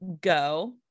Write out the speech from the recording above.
go